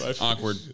Awkward